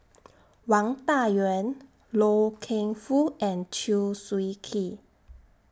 Wang Dayuan Loy Keng Foo and Chew Swee Kee